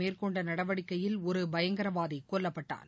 மேற்கொண்டநடவடிக்கையில் ஒருபயங்கரவாதிகொல்லப்பட்டான்